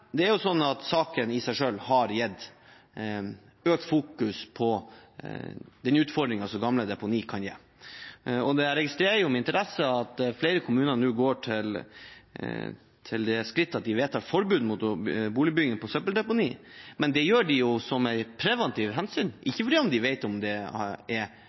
Saken i seg selv har gitt økt fokus på den utfordringen som gamle deponier kan gi, og jeg registrerer med interesse at flere kommuner nå går til det skritt at de vedtar forbud mot boligbygging på søppeldeponier. Men det gjør de jo av preventive hensyn, ikke fordi de vet at det er